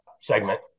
segment